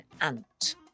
ant